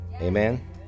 Amen